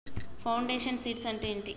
Foundation seeds అంటే ఏంటి?